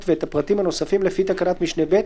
ואת הפרטים הנוספים לפי תקנת משנה (ב),